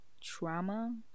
trauma